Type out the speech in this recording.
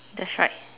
that's right